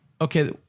Okay